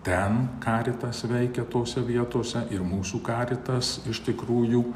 ten karitas veikia tose vietose ir mūsų karitas iš tikrųjų